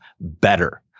better